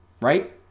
right